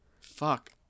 Fuck